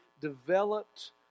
developed